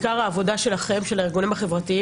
ולהשפיע, בעיקר העבודה של הארגונים החברתיים.